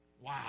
Wow